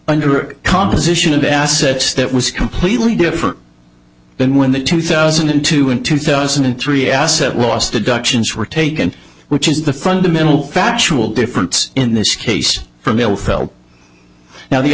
under composition of assets that was completely different than when the two thousand and two and two thousand and three asset lost adoptions were taken which is the fundamental factual difference in this case f